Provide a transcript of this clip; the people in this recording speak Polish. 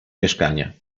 mieszkanie